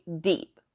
deep